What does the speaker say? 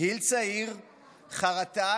חרטה